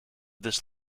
this